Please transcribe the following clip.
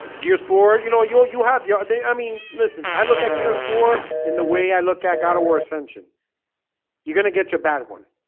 gears for you know you had your day. i mean listen, i look at gears for in the way i look at god of war ascension you're gonna get your bad one